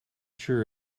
sure